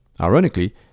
Ironically